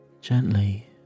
gently